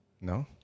No